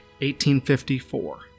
1854